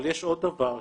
אבל יש עוד דבר,